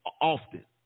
often